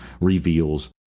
reveals